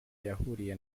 yahuriye